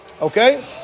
Okay